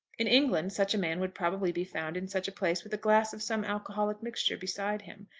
in england such a man would probably be found in such a place with a glass of some alcoholic mixture beside him,